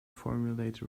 formulate